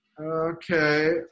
Okay